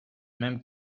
même